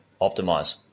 optimize